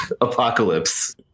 apocalypse